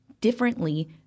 differently